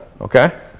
Okay